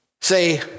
say